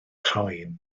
croen